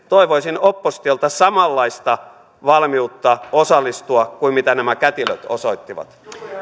toivoisin oppositiolta samanlaista valmiutta osallistua kuin mitä nämä kätilöt osoittivat